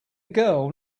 girl